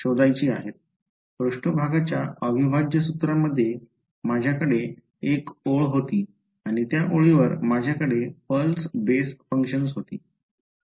पृष्ठभागाच्या अविभाज्य सूत्रामध्ये माझ्याकडे एक ओळ होती आणि त्या ओळीवर माझ्याकडे पल्स बेस फंक्शन्स होती